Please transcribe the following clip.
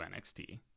NXT